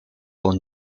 for